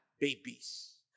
babies